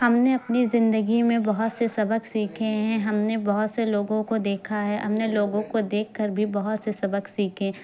ہم نے اپنی زندگی میں بہت سے سبق سیکھے ہیں ہم نے بہت سے لوگوں کو دیکھا ہے ہم نے لوگوں کو دیکھ کر بھی بہت سے سبق سیکھے